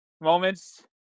moments